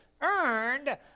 earned